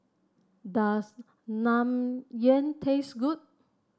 does Naengmyeon taste good